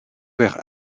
vers